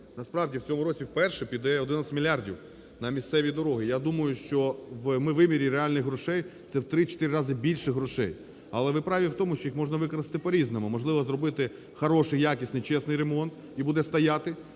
Насправді в цьому році вперше піде 11 мільярдів на місцеві дороги. Я думаю, що у вимірі реальних грошей це в три-чотири рази більше грошей. Але ви праві в тому, що їх можна використати по-різному. Можливо, зробити хороший, якісний, чесний ремонт, і буде стояти